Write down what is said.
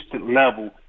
level